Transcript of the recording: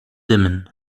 dimmen